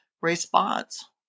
response